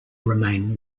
remain